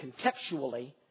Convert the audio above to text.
contextually